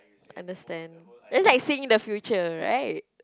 understand that's like seeing the future right